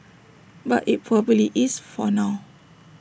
but IT probably is for now